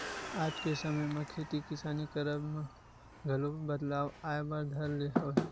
आज के समे म खेती किसानी करब म घलो बदलाव आय बर धर ले हवय